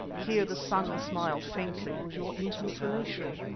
here the son smiled faintly, was your intimate relation.